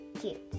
Cute